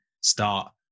start